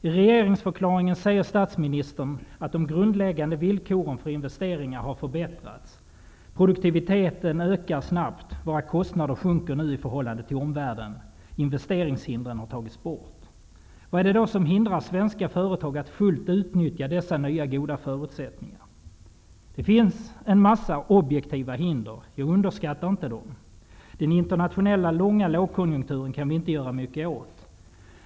I regeringsförklaringen säger statsministern: ''De grundläggande villkoren för investeringar och produktion har förbättrats. ------ Produktiviteten ökar snabbt. Våra kostnader sjunker nu i förhållande till omvärlden. Investeringshinder har tagits bort.'' Vad hindrar då svenska företag att fullt ut utnyttja dessa goda förutsättningar? Det finns en mängd objektiva hinder. Jag underskattar dem inte. Den internationella, långa lågkonjunkturen kan vi inte göra mycket åt.